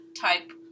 type